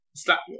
Stop